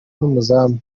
n’umuzamu